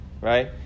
right